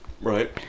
Right